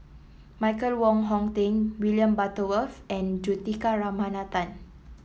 Michael Wong Hong Teng William Butterworth and Juthika Ramanathan